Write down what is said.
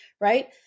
right